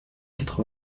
quatre